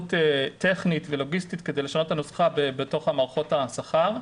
היערכות טכנית ולוגיסטית כדי את הנוסחה בתוך מערכות השכר.